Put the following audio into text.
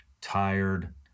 tired